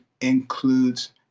includes